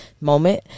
moment